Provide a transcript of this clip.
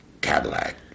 Cadillac